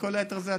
כל היתר זה אתם,